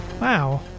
Wow